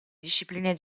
discipline